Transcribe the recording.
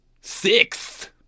six